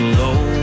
low